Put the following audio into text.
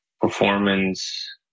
performance